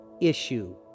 issue